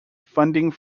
funding